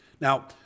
Now